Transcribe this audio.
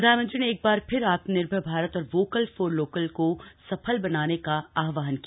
प्रधानमंत्री ने एक बार फिर आत्मनिर्भर भारत और वोकल फॉर लोकल को सफल बनाने का आहवान किया